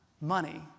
money